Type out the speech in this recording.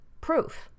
proof